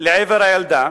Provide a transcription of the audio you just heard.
לעבר הילדה,